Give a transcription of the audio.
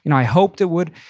and i hoped it would,